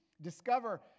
discover